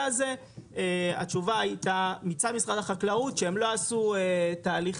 הזה התשובה הייתה מצד משרד החקלאות שהם לא עשו תהליך